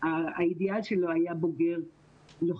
האידיאל שלו היה בוגר לוחם,